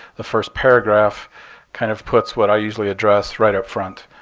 the first paragraph kind of puts what i usually address right up front.